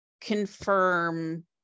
confirm